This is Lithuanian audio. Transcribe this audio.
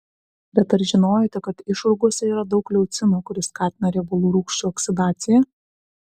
bet ar žinojote kad išrūgose yra daug leucino kuris skatina riebalų rūgščių oksidaciją